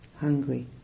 hungry